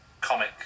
comic